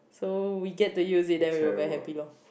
so we get to use it then we were very happy loh